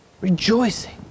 rejoicing